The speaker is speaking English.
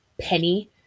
penny